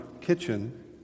kitchen